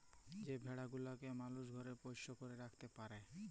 যে ভেড়া গুলাকে মালুস ঘরে পোষ্য করে রাখত্যে পারে